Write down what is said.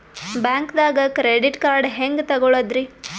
ಬ್ಯಾಂಕ್ದಾಗ credit card ಹೆಂಗ್ ತಗೊಳದ್ರಿ?